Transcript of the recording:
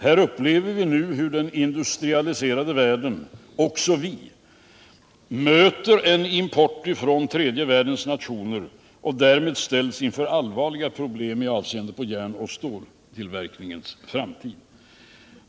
Här upplever vi nu hur den industrialiserade västvärlden och också vi möter en import från tredje världens nationer och därmed också ställs inför allvarliga problem i avseende på järnoch stältillverkningens framtid.